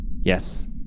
yes